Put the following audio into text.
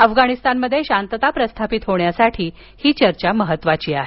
अफगाणिस्तानमध्ये शांतता प्रस्थापित होण्यासाठी ही चर्चा महत्त्वाची आहे